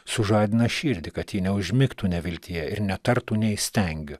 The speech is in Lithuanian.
sužadina širdį kad ji neužmigtų neviltyje ir netartum neįstengiu